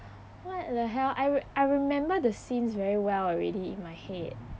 what the hell I re~ I remember the scenes very well already in my head